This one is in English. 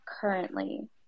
currently